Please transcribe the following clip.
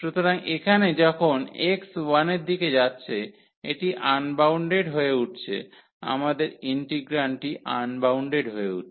সুতরাং এখানে যখন x 1 এর দিকে যাচ্ছে এটি আনবাউন্ডেড হয়ে উঠছে আমাদের ইন্টিগ্রান্ডটি আনবাউন্ডেড হয়ে উঠছে